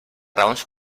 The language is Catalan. raons